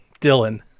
Dylan